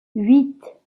huit